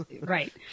right